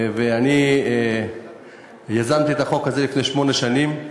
ואני יזמתי את החוק הזה לפני שמונה שנים,